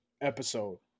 episode